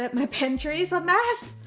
but my pantry is a mess!